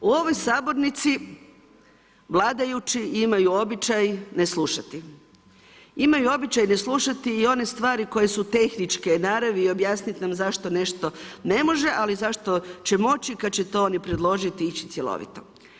U ovoj sabornici vladajući imaju običaj ne slušati, imaju običaj ne slušati i one stvari koje su tehničke naravi i objasniti nam zašto nešto ne može, ali zašto će moći kad će to oni predložiti i ići cjelovito.